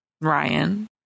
ryan